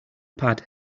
pad